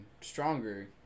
stronger